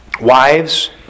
wives